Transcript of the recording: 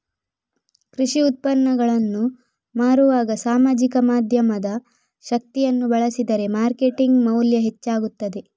ಕೃಷಿ ಉತ್ಪನ್ನಗಳನ್ನು ಮಾರುವಾಗ ಸಾಮಾಜಿಕ ಮಾಧ್ಯಮದ ಶಕ್ತಿಯನ್ನು ಬಳಸಿದರೆ ಮಾರ್ಕೆಟಿಂಗ್ ಮೌಲ್ಯ ಹೆಚ್ಚಾಗುತ್ತದೆ